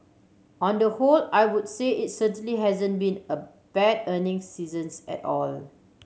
on the whole I would say it certainly hasn't been a bad earning seasons at all